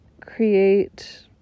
create